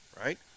right